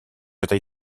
этой